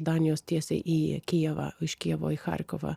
danijos tiesiai į kijevą iš kijevo į charkovą